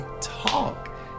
Talk